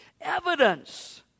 evidence